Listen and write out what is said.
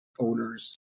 owners